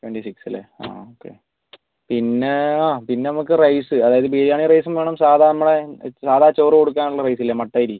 twenty six അല്ലെ ആ പിന്നെ പിന്നെ അ പിന്നെ നമുക്ക് റൈസ് ബിരിയാണി റൈസും വേണം സാധാരണ നമ്മുടെ സാധാരണ ചോറ് കൊടുക്കാനുള്ള റൈസില്ലേ മട്ട അരി